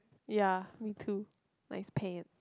ya me too nice pant